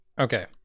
Okay